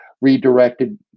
redirected